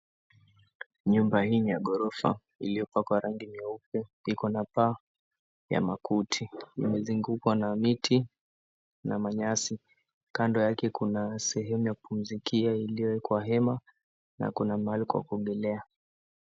Nyumba hii ya ghorofa iliyopakwa rangi nyeupe, iko na paa ya makuti. Imezungukwa na miti na manyasi. Kando yake kuna sehemu ya kupumzikia iliyowekwa hema na kuna mahali kwa kuogelea.